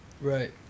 Right